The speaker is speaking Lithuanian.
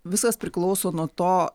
viskas priklauso nuo to